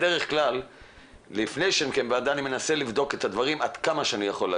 לפני שאני מקיים ועדה אני מנסה לבדוק את הדברים עד כמה שאני יכול.